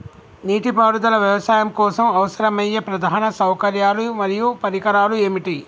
నీటిపారుదల వ్యవసాయం కోసం అవసరమయ్యే ప్రధాన సౌకర్యాలు మరియు పరికరాలు ఏమిటి?